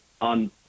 on